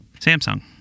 Samsung